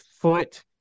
foot